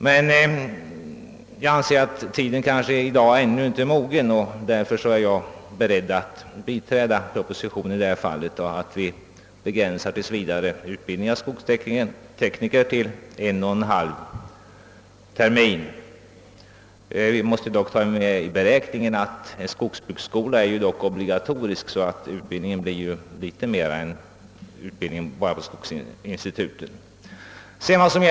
Men jag anser att tiden i dag ändå inte är mogen för det, och därför är jag beredd att biträda propositionen och rösta för att vi tills vidare begränsar utbildningen av skogstekniker till en och en halv termin. Vi måste emellertid ta med i beräkningen att utbildning på skogsbruksskola är obligatorisk för skogstekniker, varför deras utbildning blir något mer omfattande än en och en halv termin på skogsinstitutet.